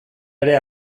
ere